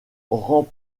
rend